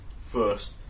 first